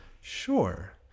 Sure